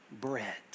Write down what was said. bread